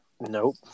Nope